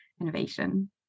innovation